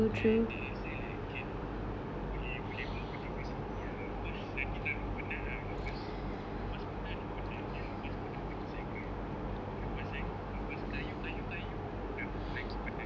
I tak rasa like can boleh boleh buat benda mcam gini ah because nanti terlalu penat ah selepas selepas sekolah dah penat then selepas itu nak pergi cycle selepas cy~ selepas kayuh kayuh kayuh dah lagi penat